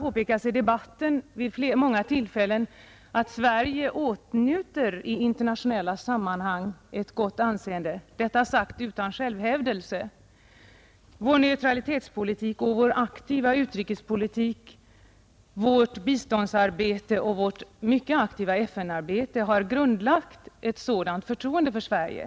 Det har påpekats vid många tillfällen i debatten att Sverige i internationella sammanhang åtnjuter ett gott anseende — detta sagt utan självhävdelse. Vår neutralitetspolitik och vår aktiva utrikespolitik, vårt biståndsarbete och vårt mycket aktiva FN-arbete har grundlagt ett sådant förtroende för Sverige.